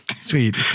Sweet